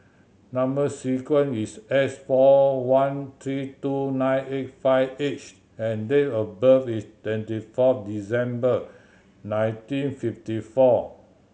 number sequence is S four one three two nine eight five H and date of birth is twenty four December nineteen fifty four